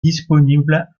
disponible